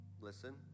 Listen